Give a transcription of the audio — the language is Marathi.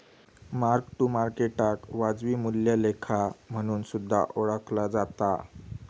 मार्क टू मार्केटाक वाजवी मूल्या लेखा म्हणून सुद्धा ओळखला जाता